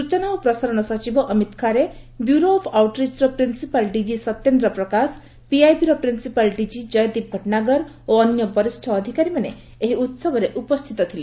ସୂଚନା ଓ ପ୍ରସାରଣ ସଚିବ ଅମିତ ଖାରେ ବ୍ୟୁରୋ ଅଫ୍ ଆଉଟ୍ରିଚ୍ର ପ୍ରିନ୍ସିପାଲ୍ ଡିଜି ସତ୍ୟେନ୍ଦ୍ର ପ୍ରକାଶ ପିଆଇବିର ପ୍ରିନ୍ସିପାଲ୍ ଡିଜି ଜୟଦୀପ ଭଟ୍ନାଗର ଓ ଅନ୍ୟ ବରିଷ୍ଣ ଅଧିକାରୀମାନେ ଏହି ଉହବରେ ଉପସ୍ଥିତ ଥିଲେ